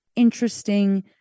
interesting